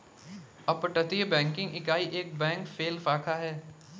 अपतटीय बैंकिंग इकाई एक बैंक शेल शाखा है